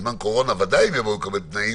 בזמן קורונה ודאי יבואו לקבל תנאים,